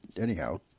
anyhow